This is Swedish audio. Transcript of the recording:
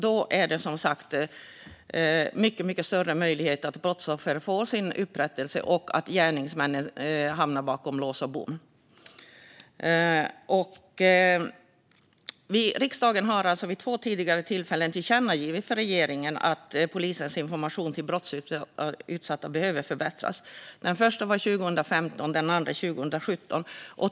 Då blir möjligheten större för brottsoffer att få upprättelse och att gärningsmännen hamnar bakom lås och bom. Riksdagen har vid två tidigare tillfällen gjort tillkännagivanden till regeringen att polisens information till brottsutsatta behöver förbättras. Första gången var 2015, och andra gången var 2017.